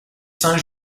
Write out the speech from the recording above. saint